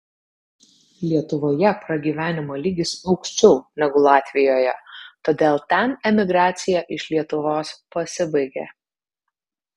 lietuvoje pragyvenimo lygis aukščiau negu latvijoje todėl ten emigracija iš lietuvos pasibaigė